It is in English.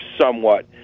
somewhat